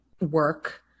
work